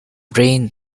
reign